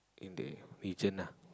in the region ah